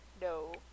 no